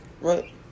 Right